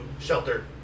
shelter